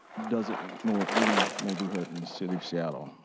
doesn't ignore any neighborhood in the city of see yacht. um